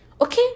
Okay